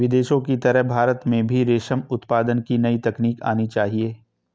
विदेशों की तरह भारत में भी रेशम उत्पादन की नई तकनीक आनी चाहिए